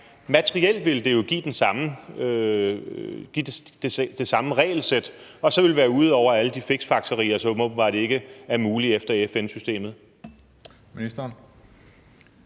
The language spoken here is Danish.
Materielt ville det jo give det samme regelsæt, og så ville vi være ude over alle de fiksfakserier, som åbenbart ikke er muligt efter FN-systemet.